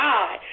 God